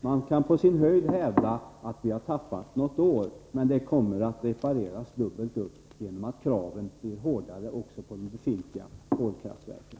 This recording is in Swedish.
Man kan möjligen hävda att vi på sin höjd har förlorat något år, men detta kommer att kompenseras dubbelt upp genom-:att kraven blir hårdare även på de befintliga kolkraftverken.